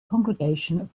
congregation